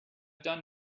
done